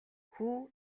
хүү